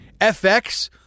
FX